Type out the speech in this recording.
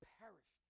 perished